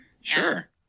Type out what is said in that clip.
Sure